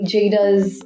Jada's